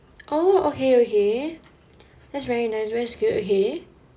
oh okay okay that's very nice that's good okay